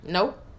Nope